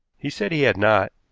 he said he had not,